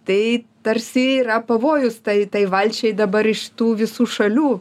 tai tarsi yra pavojus tai tai valčiai dabar iš tų visų šalių